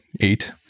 eight